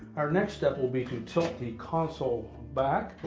our next step will be to tilt the console back.